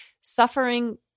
suffering